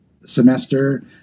semester